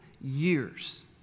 years